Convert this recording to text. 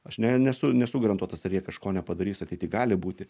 aš ne nesu nesu garantuotas ar jie kažko nepadarys ateity gali būti